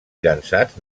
llançats